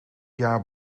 jaar